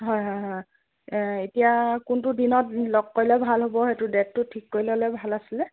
হয় হয় হয় এতিয়া কোনটো দিনত লগ কৰিলে ভাল হ'ব সেইটো ডেটটো ঠিক কৰিলে'লে ভাল আছিলে